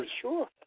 sure